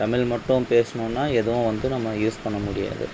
தமிழ் மட்டும் பேசணும்னா எதுவும் வந்து நம்ம யூஸ் பண்ண முடியாது